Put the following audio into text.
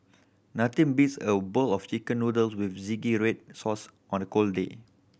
nothing beats a bowl of Chicken Noodles with zingy red sauce on a cold day